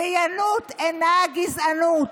ציונות אינה גזענות.